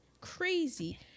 Crazy